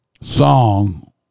song